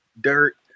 dirt